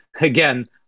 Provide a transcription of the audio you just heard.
again